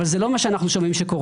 אבל זה לא מה שאנו שומעים שקורה.